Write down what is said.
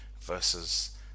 versus